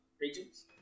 regions